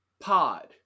pod